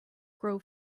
grow